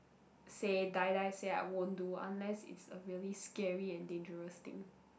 say die die say I won't do unless it's a really scary and dangerous thing